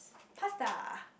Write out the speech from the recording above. pasta